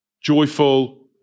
Joyful